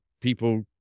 people